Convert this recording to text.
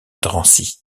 drancy